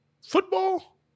football